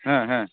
ᱦᱮᱸ ᱦᱮᱸ